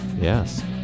Yes